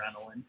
adrenaline